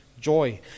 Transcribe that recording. joy